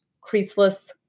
creaseless